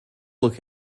look